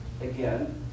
again